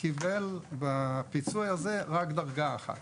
קיבל בפיצוי הזה רק דרגה אחת.